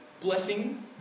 Blessing